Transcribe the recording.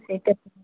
ସେଇଟା